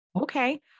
Okay